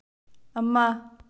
ꯑꯃ